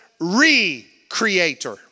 re-creator